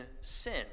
sin